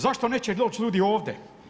Zašto neće doći ljudi ovdje?